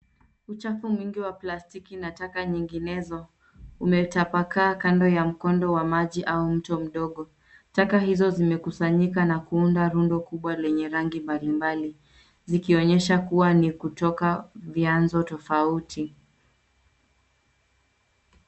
Uchafu mwingi wa plastiki na taka nyinginezo umetapakaa kando ya mkondo wa maji au mto mdogo. Taka hizo zimekusanyika na kuunda rundo kubwa lenye rangi mbalimbali likonyesha kuwa ni kutoka vyanzo tofauti.